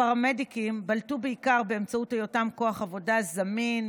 הפרמדיקים בלטו בעיקר באמצעות היותם כוח עבודה זמין,